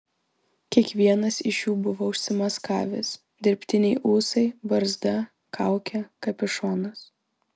kiekvienas iš jų buvo užsimaskavęs dirbtiniai ūsai barzda kaukė kapišonas